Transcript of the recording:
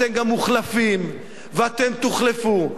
אתם גם מוחלפים, ואתם תוחלפו.